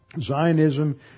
Zionism